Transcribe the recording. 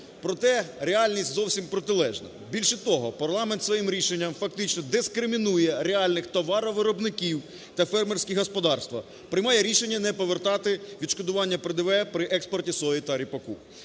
проте реальність зовсім протилежна. Більше того, парламент своїм рішення фактично дискримінує реальних товаровиробників та фермерські господарства – приймає рішення не повертати відшкодування ПДВ при експорті сої та ріпаку.